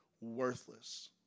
Worthless